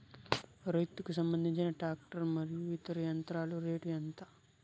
రైతుకు సంబంధించిన టాక్టర్ మరియు ఇతర యంత్రాల రేటు ఎంత?